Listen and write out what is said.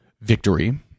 victory